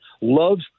loves